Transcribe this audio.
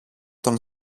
τον